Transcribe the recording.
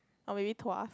or maybe Tuas